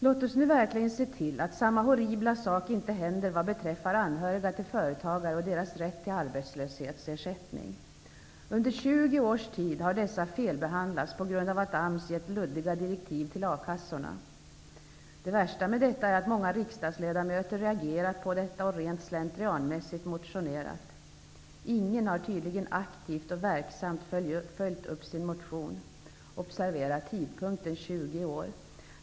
Låt oss nu verkligen se till att samma horribla sak inte händer vad beträffar anhöriga till företagare och deras rätt till arbetslöshetsersättning. Under 20 års tid har dessa felbehandlats på grund av att AMS har gett luddiga direktiv till a-kassorna. Det värsta med detta är att många riksdagsledamöter har reaget på detta och rent slentrianmässigt motionerat. Ingen har tydigen aktivt och verksamt följt upp sin motion. Observera tidpunkten 20 år!